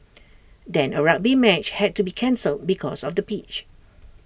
then A rugby match had to be cancelled because of the pitch